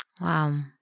Wow